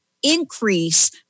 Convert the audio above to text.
increase